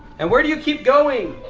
and where do you keep going?